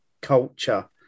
culture